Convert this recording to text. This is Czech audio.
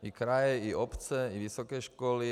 I kraje i obce i vysoké školy atd.